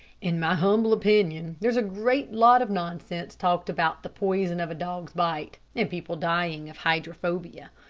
in my humble opinion there's a great lot of nonsense talked about the poison of a dog's bite and people dying of hydrophobia.